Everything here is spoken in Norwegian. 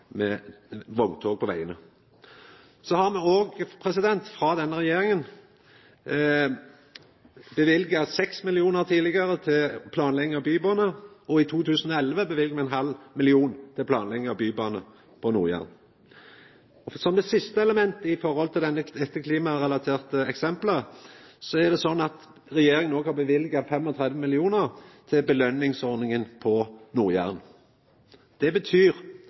med vogntog på vegane. Så har me òg frå denne regjeringa tidlegare løyvd 6 mill. kr til planlegging av bybane, og i 2011 løyver me ein halv mill. kr til planlegging av bybane på Nord-Jæren. Som eit siste element i desse klimarelaterte eksempla er det slik at regjeringa òg har løyvd 35 mill. kr til belønningsordninga på Nord-Jæren. Det betyr